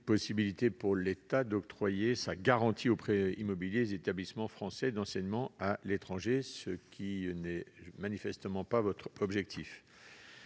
possibilité d'octroyer sa garantie aux prêts immobiliers des établissements français d'enseignement à l'étranger. Ce n'est manifestement pas votre objectif,